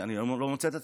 אני לא מוצא את עצמי,